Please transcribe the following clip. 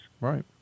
right